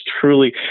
truly